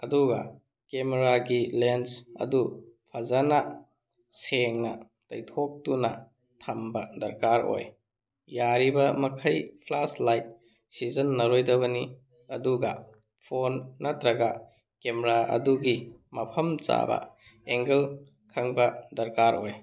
ꯑꯗꯨꯒ ꯀꯦꯃꯦꯔꯥꯒꯤ ꯂꯦꯟꯁ ꯑꯗꯨ ꯐꯖꯅ ꯁꯦꯡꯅ ꯇꯩꯊꯣꯛꯇꯨꯅ ꯊꯝꯕ ꯗꯔꯀꯥꯔ ꯑꯣꯏ ꯌꯥꯔꯤꯕ ꯃꯈꯩ ꯐ꯭ꯂꯥꯁ ꯂꯥꯏꯠ ꯁꯤꯖꯤꯟꯅꯔꯣꯏꯗꯕꯅꯤ ꯑꯗꯨꯒ ꯐꯣꯟ ꯅꯠꯇ꯭ꯔꯒ ꯀꯦꯃꯦꯔꯥ ꯑꯗꯨꯒꯤ ꯃꯐꯝ ꯆꯥꯕ ꯑꯦꯡꯒꯜ ꯈꯪꯕ ꯗꯔꯀꯥꯔ ꯑꯣꯏ